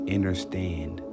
Understand